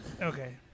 Okay